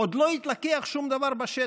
עוד לא התלקח שום דבר בשטח,